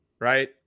right